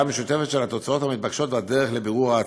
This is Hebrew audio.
משותפת של התוצאות המתבקשות והדרך לבירור ההצלחות.